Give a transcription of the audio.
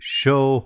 show